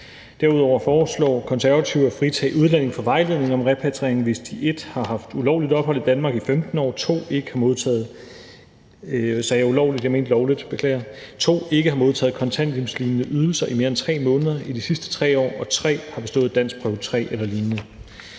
Derudover foreslår Det Konservative Folkeparti at fritage udlændinge fra vejledning om repatriering, hvis de 1) har haft lovligt ophold i Danmark i 15 år, 2) ikke har modtaget kontanthjælpslignende ydelser i mere end 3 måneder i de sidste 3 år og 3) har bestået danskprøve 3 eller lignende.